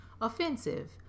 offensive